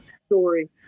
story